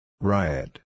Riot